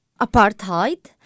apartheid